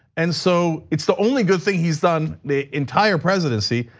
and so it's the only good thing he's done the entire presidency,